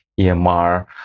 EMR